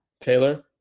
Taylor